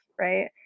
right